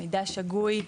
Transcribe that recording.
מידע שגוי,